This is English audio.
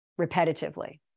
repetitively